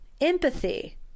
empathy